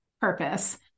purpose